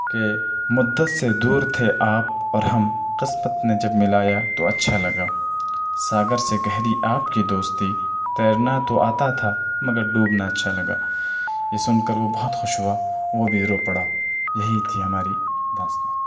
کہ مدت سے دور تھے آپ اور ہم قسمت نے جب ملایا تو اچھا لگا ساگر سے گہری آپ کی دوستی تیرنا تو آتا تھا مگر ڈوبنا اچھا لگا یہ سن کر وہ بہت خوش ہوا وہ بھی رو پڑا یہی تھی ہماری داستان